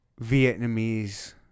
Vietnamese